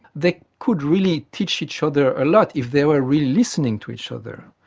they could really teach each other a lot if they were really listening to each other.